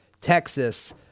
Texas